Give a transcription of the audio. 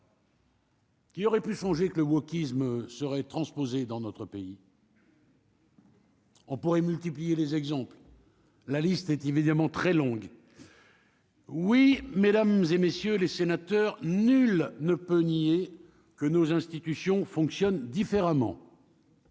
Qui aurait pu songer que le wokisme serait transposée dans notre pays. On pourrait multiplier les exemples, la liste est évidemment très longue. Oui, mesdames et messieurs les sénateurs, nul ne peut nier que nos institutions fonctionnent différemment.